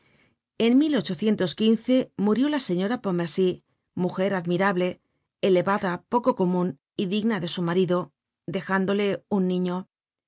hacer lo mismo en murió la señora pontmercy mujer admirable elevada poco comun y digna de su marido dejándole un niño este